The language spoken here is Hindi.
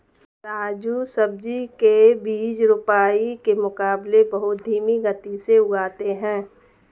राजू सब्जी के बीज रोपाई के मुकाबले बहुत धीमी गति से उगते हैं